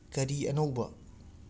ꯀꯔꯤ ꯑꯅꯧꯕ